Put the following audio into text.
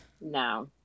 no